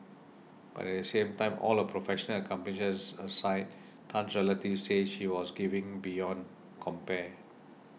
but at the same time all her professional accomplishes aside Tan's relatives say she was giving beyond compare